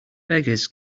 beggars